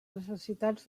necessitats